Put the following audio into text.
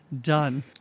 Done